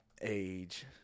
age